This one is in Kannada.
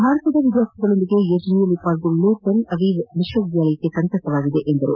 ಭಾರತದ ವಿದ್ಯಾರ್ಥಿಗಳೊಂದಿಗೆ ಯೋಜನೆಯಲ್ಲಿ ಪಾಲ್ಗೊಳ್ಳಲು ತೆಲ್ ಅವೀವ್ ವಿಶ್ವವಿದ್ವಾಲಯಕ್ಕೆ ಸಂತಸವಾಗಿದೆ ಎಂದರು